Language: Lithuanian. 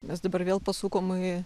mes dabar vėl pasukom į